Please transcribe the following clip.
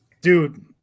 Dude